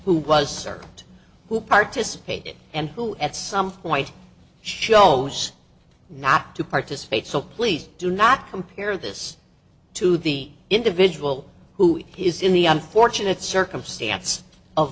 stark who participated and who at some point shows not to participate so please do not compare this to the individual who is in the unfortunate circumstance of